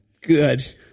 good